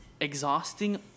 exhausting